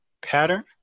pattern